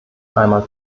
einmal